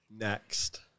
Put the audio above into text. Next